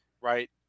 right